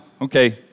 okay